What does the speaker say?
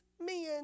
men